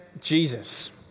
Jesus